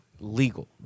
legal